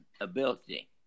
ability